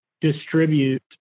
distribute